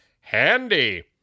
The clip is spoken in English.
Handy